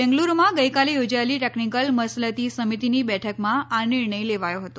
બેંગલુરૂમાં ગઈકાલે યોજાયેલી ટેકનીકલ મસલતી સમિતીની બેઠકમાં આ નિર્ણય લેવાયો હતો